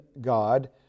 God